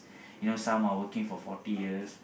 you know some are working for forty years